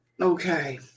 Okay